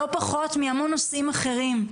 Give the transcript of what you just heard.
לא פחות מהמון נושאים אחרים.